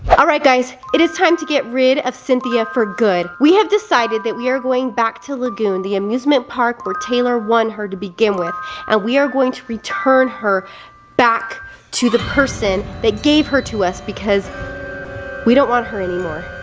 alright guys, it is time to get rid of cynthia for good. we have decided that we are going back to lagoon, the amusement park where taylor won her to begin with and we are going to return her back to the person gave her to us because we don't want her anymore.